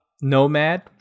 Nomad